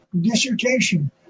dissertation